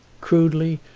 crudely,